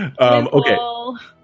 Okay